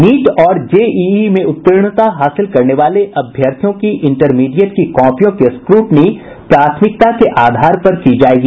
NEET और JEE में उत्तीर्णता हासिल करने वाले अभ्यर्थियों की इंटरमीडिएट की कॉपियों की स्क्रूटनी प्राथमिकता के आधार पर की जाएगी